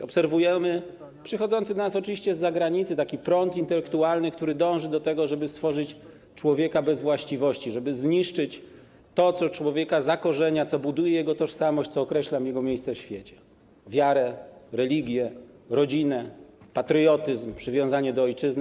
Obserwujemy, przychodzący do nas oczywiście z zagranicy, taki prąd intelektualny, który dąży do tego, żeby stworzyć człowieka bez właściwości, żeby zniszczyć to, co człowieka zakorzenia, co buduje jego tożsamość, co określa jego miejsce w świecie: wiarę, religię, rodzinę, patriotyzm, przywiązanie do ojczyzny.